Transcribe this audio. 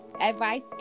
advice